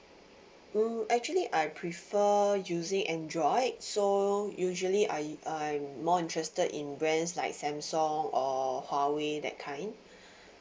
mm actually I prefer using android so usually I I'm more interested in brands like samsung or huawei that kind